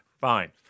Fine